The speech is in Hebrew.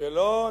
שלא נמשיך,